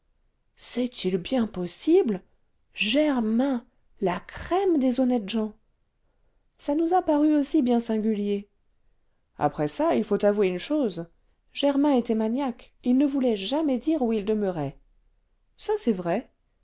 c'est-il bien possible germain la crème des honnêtes gens ça nous a paru aussi bien singulier après ça il faut avouer une chose germain était maniaque il ne voulait jamais dire où il demeurait ça c'est vrai